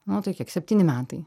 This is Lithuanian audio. nu tai kiek septyni metai